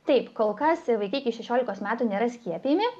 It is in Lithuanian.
taip kol kas vaikai iki šešiolikos metų nėra skiepijami